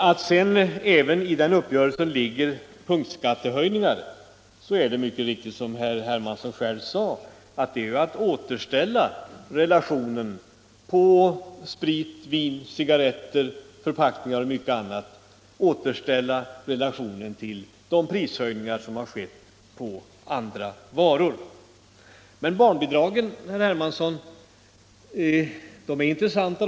Att sedan även i uppgörelsen ligger punktskattehöjningar innebär mycket riktigt, som herr Hermansson själv sade, att man för sprit, vin, cigarretter, förpackningar och annat återställer relationen till de prishöjningar som har skett på andra varor. Men barnbidragen, herr Hermansson, är intressanta.